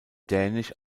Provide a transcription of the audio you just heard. dänisch